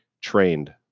trained